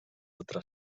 altra